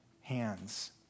hands